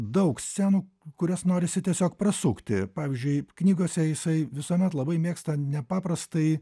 daug scenų kurias norisi tiesiog prasukti pavyzdžiui knygose jisai visuomet labai mėgsta nepaprastai